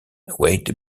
wade